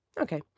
okay